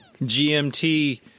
GMT